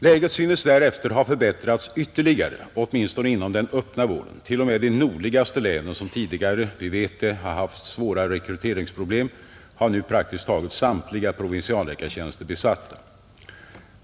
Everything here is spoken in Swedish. Läget synes därefter ha förbättrats ytterligare åtminstone inom den öppna vården, T. o. m. de nordligaste länen, som tidigare — det vet vi — haft svåra rekryteringsproblem, har nu praktiskt taget samtliga provinsialläkartjänster besatta.